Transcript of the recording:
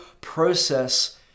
process